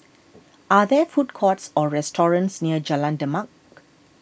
are there food courts or restaurants near Jalan Demak